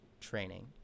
training